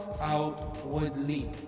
outwardly